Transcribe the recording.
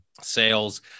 sales